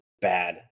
bad